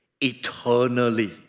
eternally